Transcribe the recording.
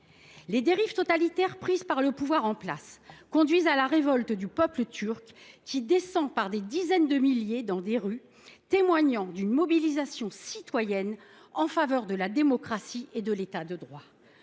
Les dérives totalitaires du pouvoir en place conduisent à la révolte des Turcs, qui descendent par dizaines de milliers dans les rues, témoignant d’une mobilisation citoyenne en faveur de la démocratie et de l’État de droit.